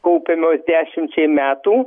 kaupiamos dešimčiai metų